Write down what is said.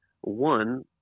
one